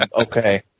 okay